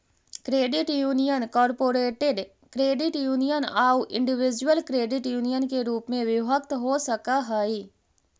credit union corporate credit union आउ individual credit union के रूप में विभक्त हो सकऽ हइ